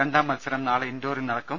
രണ്ടാം മത്സരം നാളെ ഇൻഡോറിൽ നടക്കും